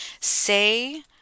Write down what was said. say